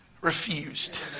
refused